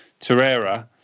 Torreira